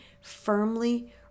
firmly